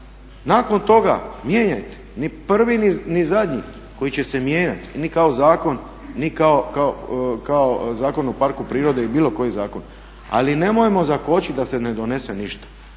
Nakon toga mijenjajte, ni prvi ni zadnji koji će se mijenjat, ni kao zakon, ni kao Zakon o parku prirode i bilo koji zakon, ali nemojmo zakočit da se ne donese ništa.